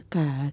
काग